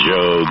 Joe